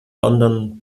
london